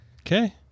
Okay